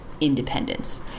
independence